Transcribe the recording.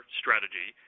strategy